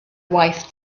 waith